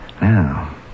Now